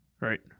Right